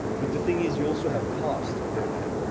but the thing is, you also have costs within that.